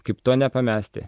kaip to nepamesti